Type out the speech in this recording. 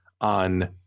on